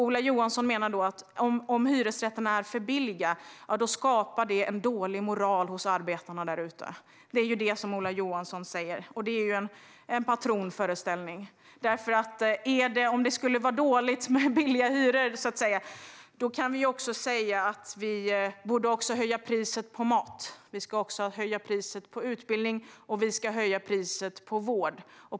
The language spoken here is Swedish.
Ola Johansson menar att om hyresrätterna är för billiga skapar det dålig moral hos arbetarna där ute. Det är det Ola Johansson säger, och det är ju en patronföreställning. Om det skulle vara dåligt med låga hyror borde vi väl också höja priset på mat, på utbildning och på vård.